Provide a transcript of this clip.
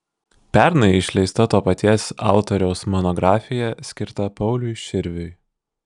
pernai išleista to paties autoriaus monografija skirta pauliui širviui